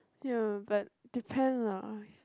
ya but depend lah